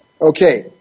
Okay